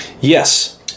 yes